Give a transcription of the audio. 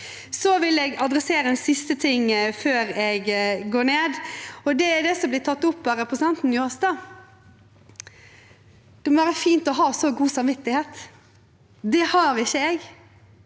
Jeg vil ta for meg en siste ting før jeg går ned, og det er det som ble tatt opp av representanten Njåstad. Det må være fint å ha så god samvittighet – det har ikke jeg.